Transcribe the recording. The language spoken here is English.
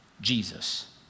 Jesus